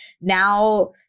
now